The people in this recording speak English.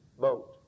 boat